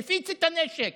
מפיץ את הנשק,